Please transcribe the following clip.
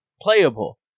playable